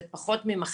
זה פחות ממחצית.